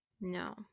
No